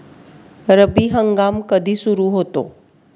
रब्बी हंगाम कधी सुरू होतो?